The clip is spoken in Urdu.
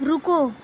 رکو